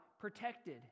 protected